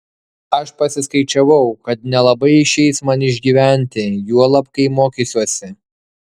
aš pasiskaičiavau kad nelabai išeis man išgyventi juolab kai mokysiuosi